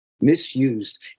Misused